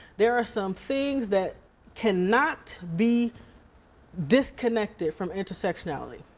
there are some things that cannot be disconnected from intersectionality.